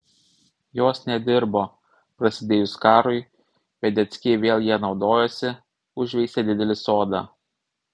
jos nedirbo prasidėjus karui vedeckiai vėl ja naudojosi užveisė didelį sodą